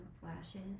flashes